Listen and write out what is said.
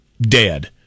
dead